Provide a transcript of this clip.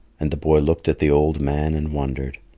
and the boy looked at the old man and wondered.